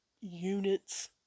units